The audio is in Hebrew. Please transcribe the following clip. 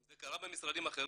אם זה קרה במשרדים אחרים,